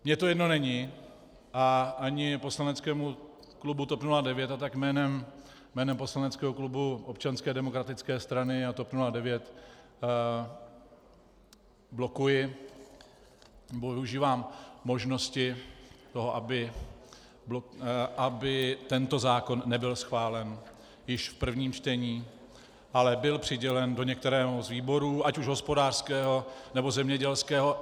Mně to jedno není, ani poslaneckému klubu TOP 09, a tak jménem poslaneckého klubu Občanské demokratické strany a TOP 09 blokuji, nebo využívám možnosti toho, aby tento zákon nebyl schválen již v prvním čtení, ale byl přidělen do některého z výborů, ať už hospodářského, nebo zemědělského.